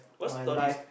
what story is